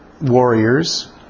warriors